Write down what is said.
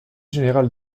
général